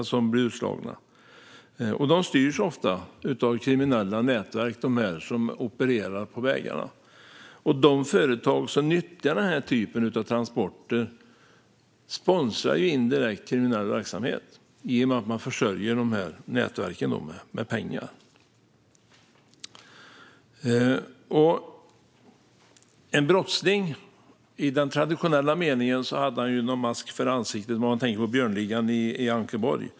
Denna verksamhet styrs ofta av kriminella nätverk som opererar på vägarna. De företag som nyttjar den typen av transporter sponsrar indirekt kriminell verksamhet i och med att de försörjer nätverken med pengar. En brottsling i den traditionella meningen har en mask för ansiktet - man tänker på Björnligan i Ankeborg.